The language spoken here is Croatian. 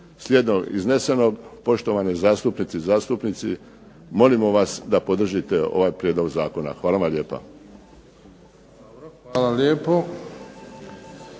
Slijedom iznesenog, poštovane zastupnice i zastupnici, molimo vas da podržite ovaj prijedlog zakona. Hvala vam lijepa. **Bebić,